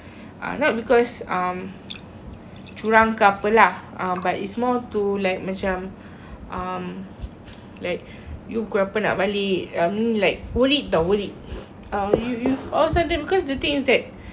ah not because um curang ke apa lah ha but it's more to like macam um like you pukul berapa nak balik I mean like worried [tau] worried uh you you also did because the thing is that